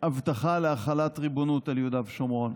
הבטחה להחלת ריבונות על יהודה ושומרון.